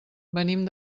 venim